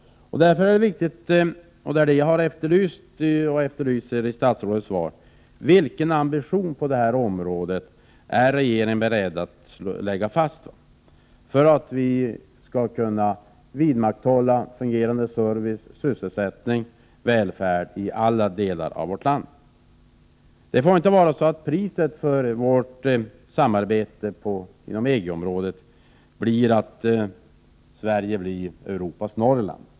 Vad som är viktigt och vad jag efterlyser i statsrådets svar är vilken ambition på detta område som regeringen är beredd att uppställa för att fungerande service, sysselsättning och välfärd i alla delar av vårt land skall kunna vidmakthållas. Priset för vårt samarbete med EG-området får inte vara att Sverige blir Europas Norrland.